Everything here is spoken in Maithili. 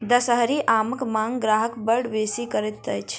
दसहरी आमक मांग ग्राहक बड़ बेसी करैत अछि